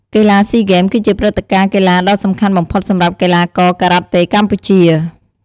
កីឡាស៊ីហ្គេមគឺជាព្រឹត្តិការណ៍កីឡាដ៏សំខាន់បំផុតសម្រាប់កីឡាករការ៉ាតេកម្ពុជា។